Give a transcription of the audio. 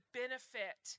benefit